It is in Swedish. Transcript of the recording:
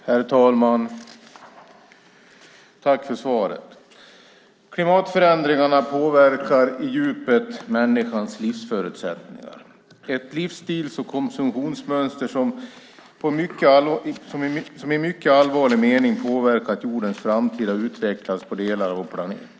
Herr talman! Tack för svaret! Klimatförändringarna påverkar i djupet människans livsförutsättningar. Ett livsstils och konsumtionsmönster har i mycket allvarlig mening påverkat jordens framtida utveckling på hela vår planet.